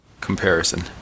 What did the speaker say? comparison